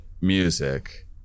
music